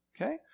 okay